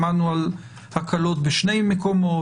שמענו על הקלות בשני המקומות,